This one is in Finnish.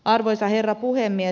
arvoisa herra puhemies